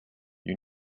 you